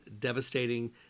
devastating